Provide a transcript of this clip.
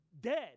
dead